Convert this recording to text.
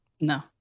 No